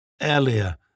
Earlier